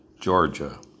Georgia